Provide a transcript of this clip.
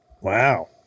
Wow